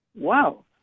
wow